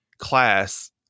class